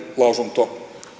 lausuntoon